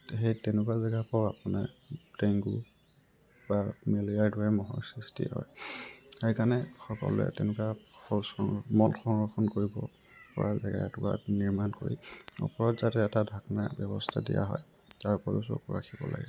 সেই তেনেকুৱা জেগা পৰাও আপোনাৰ ডেংগু বা মেলেৰিয়াৰ দৰে মহৰ সৃষ্টি হয় সেইকাৰণে সকলোৱে তেনেকুৱা শৌচ মল সংৰক্ষণ কৰিব পৰা জেগা এটুকুৰা নিৰ্মাণ কৰি ওপৰত যাতে এটা ঢাকন দিয়া ব্যৱস্থা দিয়া হয় তাৰ ওপৰতো চকু ৰাখিব লাগে